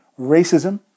racism